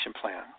plan